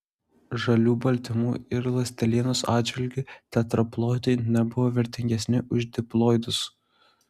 žalių baltymų ir ląstelienos atžvilgiu tetraploidai nebuvo vertingesni už diploidus